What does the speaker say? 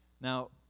Now